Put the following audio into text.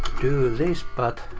do this, but,